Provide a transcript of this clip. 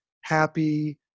happy